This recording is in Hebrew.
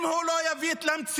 אם הוא לא יביט במציאות